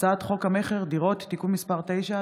הצעת חוק המכר דירות (תיקון מס' 9),